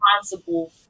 responsible